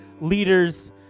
leaders